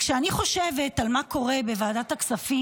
כשאני חושבת על מה שקורה בוועדת הכספים